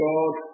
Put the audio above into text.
God